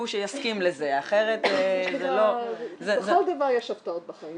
שיסכים לזה אחרת זה לא -- לכל דבר יש הפתעות בחיים.